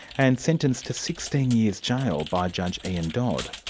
and sentenced to sixteen years jail by judge ian dodd.